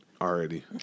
already